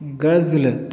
غزل